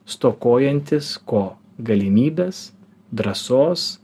stokojantys ko galimybes drąsos